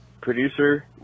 producer